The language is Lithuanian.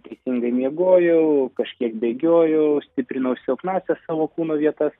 teisingai miegojau kažkiek bėgiojau stiprinau silpnąsias savo kūno vietas